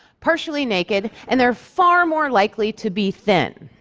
partially naked, and they're far more likely to be thin.